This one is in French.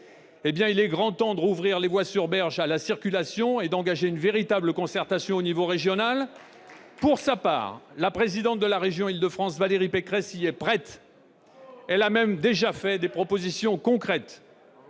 il est grand temps de rouvrir les voies sur berges à la circulation et d'engager une véritable concertation au niveau régional ! Pour sa part, la présidente de la région d'Île-de-France, Valérie Pécresse, y est prête. Elle a même déjà fait des propositions concrètes.